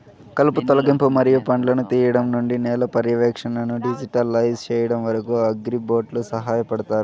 కలుపు తొలగింపు మరియు పండ్లను తీయడం నుండి నేల పర్యవేక్షణను డిజిటలైజ్ చేయడం వరకు, అగ్రిబోట్లు సహాయపడతాయి